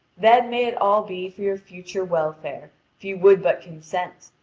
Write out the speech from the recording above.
then may it all be for your future welfare if you would but consent,